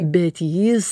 bet jis